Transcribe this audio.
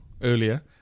earlier